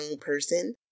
person